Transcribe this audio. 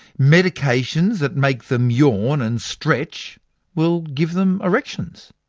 medications that make them yawn and stretch will give them erections.